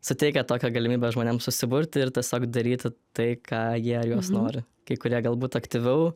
suteikia tokią galimybę žmonėms susiburti ir tiesiog daryti tai ką jie jos nori kai kurie galbūt aktyviau